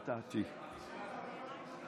לדיון בוועדת העבודה והרווחה נתקבלה.